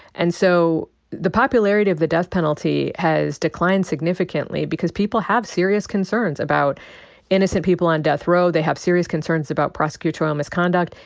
and so the popularity of the death penalty has declined significantly because people have serious concerns about innocent people on death row. they have serious concerns about prosecutorial misconduct.